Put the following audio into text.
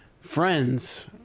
friends